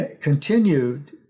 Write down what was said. continued